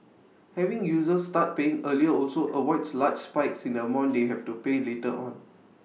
having users start paying earlier also avoids large spikes in the amount they have to pay later on